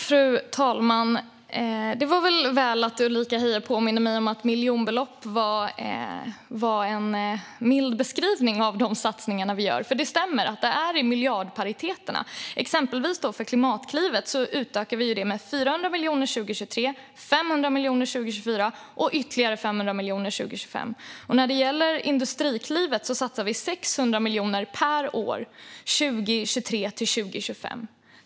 Fru talman! Det var väl bra att Ulrika Heie påminde mig om att miljonbelopp var en mild beskrivning av de satsningar vi gör. Det stämmer att det handlar om miljarder. Exempelvis ökar vi Klimatklivet med 400 miljoner 2023, med 500 miljoner 2024 och med ytterligare 500 miljoner 2025. När det gäller Industriklivet satsar vi 600 miljoner per år 2023-2025.